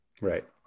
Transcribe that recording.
Right